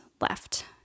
left